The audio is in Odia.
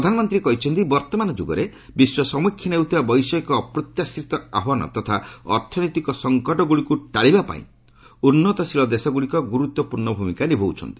ପ୍ରଧାନମନ୍ତ୍ରୀ କହିଛନ୍ତି ବର୍ତ୍ତମାନ ଯୁଗରେ ବିଶ୍ୱ ସମ୍ମଖୀନ ହେଉଥିବା ବୈଷୟିକ ଓ ଅପ୍ରତ୍ୟାଶିତ ଆହ୍ପାନ ତଥା ଅର୍ଥନୈତିକ ସଂକଟଗୁଡ଼ିକୁ ଟାଳିବା ପାଇଁ ଉନ୍ନତଶୀଳ ଦେଶଗୁଡ଼ିକ ଗୁରୁତ୍ୱପୂର୍ଣ୍ଣ ଭୂମିକା ନିଭାଉଛନ୍ତି